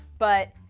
but.